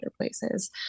places